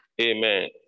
Amen